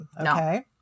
Okay